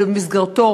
שבמסגרתו